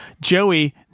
Joey